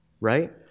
right